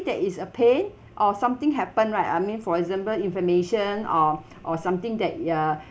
there is a pain or something happened right I mean for example inflammation or or something that uh